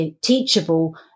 teachable